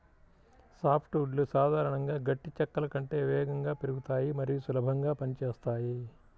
soft వుడ్లు సాధారణంగా గట్టి చెక్కల కంటే వేగంగా పెరుగుతాయి మరియు సులభంగా పని చేస్తాయి